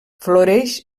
floreix